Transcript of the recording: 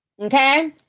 Okay